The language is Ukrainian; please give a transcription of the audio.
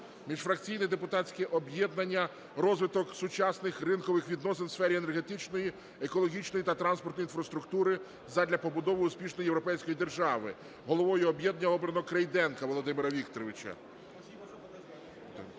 Міжфракційне депутатське об'єднання "Розвиток сучасних ринкових відносин у сфері енергетичної, екологічної та транспортної інфраструктури задля побудови успішної європейської держави". Головою об'єднання обрано Крейденка Володимира Вікторовича.